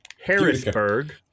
Harrisburg